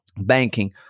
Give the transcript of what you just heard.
banking